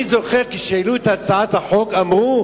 אני זוכר, כשהעלו את הצעת החוק אמרו: